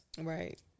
right